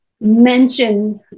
mention